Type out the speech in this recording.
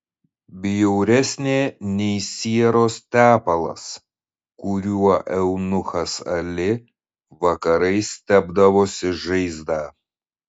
bjauresnė nei sieros tepalas kuriuo eunuchas ali vakarais tepdavosi žaizdą